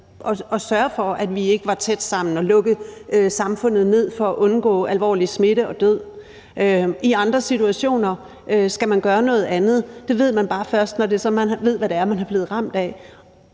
at sørge for, at vi ikke er tæt sammen, og lukke samfundet ned for at undgå alvorlig smitte og død, og i andre situationer skal man gøre noget andet. Det ved man bare først, når man ved, hvad man er blevet ramt af.